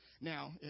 Now